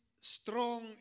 strong